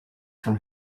from